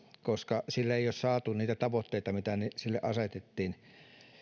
koska sillä ei ole saatu niitä tavoitteita mitä sille asetettiin